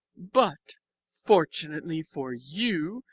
but fortunately for you,